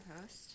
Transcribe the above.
host